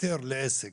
היתר לעסק,